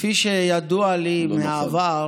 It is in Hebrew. כפי שידוע לי מהעבר,